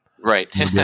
right